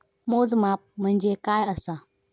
मोजमाप म्हणजे काय असा?